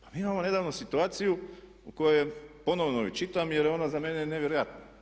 Pa mi imamo nedavno situaciju u kojoj ponovno je čitam jer je ona za mene nevjerojatna.